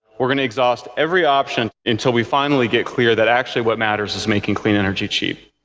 we're going to exhaust every option until we finally get clear that actually what matters is making clean energy cheap.